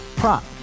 prop